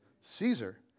Caesar